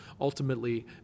ultimately